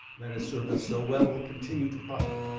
that has served us so well will continue to prosper.